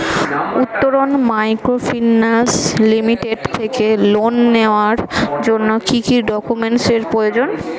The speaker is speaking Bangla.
উত্তরন মাইক্রোফিন্যান্স লিমিটেড থেকে লোন নেওয়ার জন্য কি কি ডকুমেন্টস এর প্রয়োজন?